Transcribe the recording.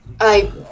I-